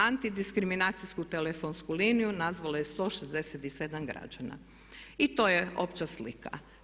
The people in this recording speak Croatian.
Anti diskriminacijsku telefonsku liniju nazvalo je 167 građana i to je opća slika.